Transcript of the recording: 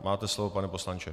Máte slovo, pane poslanče.